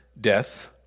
death